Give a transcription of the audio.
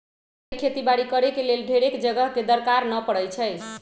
जैविक खेती बाड़ी करेके लेल ढेरेक जगह के दरकार न पड़इ छइ